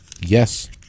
Yes